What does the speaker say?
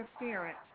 interference